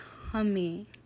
humming